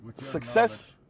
success